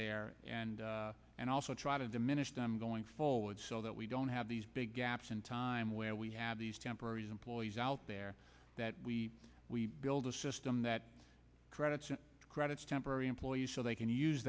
there and and also try to diminish them going forward so that we don't have these big gaps in time where we have these temporary employees out there that we build a system that credits credits temporary employees so they can use